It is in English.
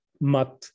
mat